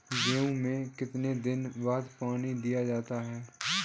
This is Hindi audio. गेहूँ में कितने दिनों बाद पानी दिया जाता है?